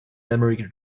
memory